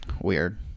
Weird